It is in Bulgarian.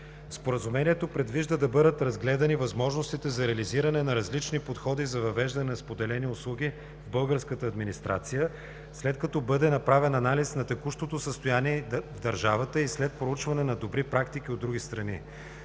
Споразумението предвижда да бъдат разгледани възможностите за реализиране на различни подходи за въвеждане на споделени услуги в българската администрация, след като бъде направен анализ на текущото състояние в държавата и след проучване на добри практики от други страни.